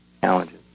challenges